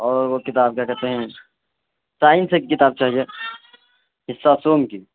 اور وہ کتاب کیا کہتے ہیں سائنس ایک کتاب چاہیے حصہ سوم کی